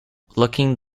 looking